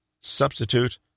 substitute